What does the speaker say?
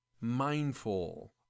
mindful